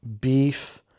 beef